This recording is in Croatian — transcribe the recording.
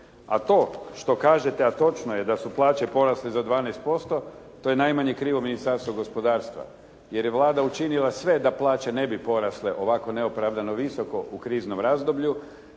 A to što kažete a točno je da su plaće porasle za 12% to je najmanje krivo Ministarstvo gospodarstva jer je Vlada učinila sve da plaće ne bi porasle ovako neopravdano visoko u kriznom razdoblju,